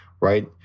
right